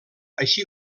així